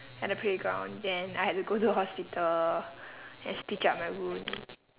at the playground then I had to go to the hospital and stitch up my wound